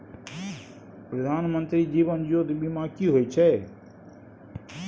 प्रधानमंत्री जीवन ज्योती बीमा की होय छै?